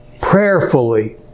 prayerfully